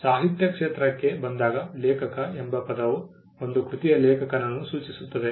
ಸಾಹಿತ್ಯಿ ಕ್ಷೇತ್ರಕ್ಕೆ ಬಂದಾಗ ಲೇಖಕ ಎಂಬ ಪದವು ಒಂದು ಕೃತಿಯ ಲೇಖಕನನ್ನು ಸೂಚಿಸುತ್ತದೆ